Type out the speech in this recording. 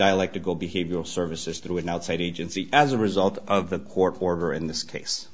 dialectical behavioral services through an outside agency as a result of the court order in this case